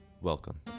Welcome